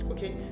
Okay